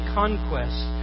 conquest